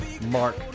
Mark